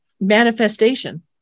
manifestation